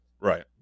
Right